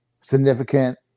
significant